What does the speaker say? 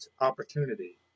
opportunity